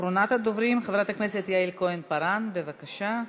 אחרונת הדוברים, חברת הכנסת יעל כהן-פארן, בבקשה.